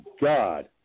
God